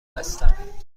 هستم